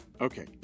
Okay